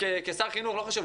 כשר חינוך לא חשוב,